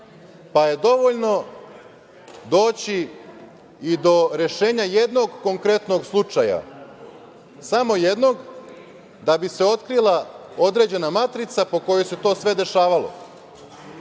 pa je dovoljno doći i do rešenja jednog konkretnog slučaja, samo jednog, da bi se otkrila određena matrica po kojoj se sve to dešavalo,